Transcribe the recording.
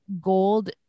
gold